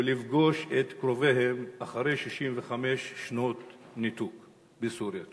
ולפגוש את קרוביהם אחרי 65 שנות ניתוק מסוריה?